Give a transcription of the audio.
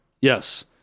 Yes